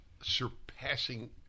surpassing